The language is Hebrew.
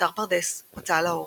באתר פרדס הוצאה לאור,